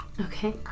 Okay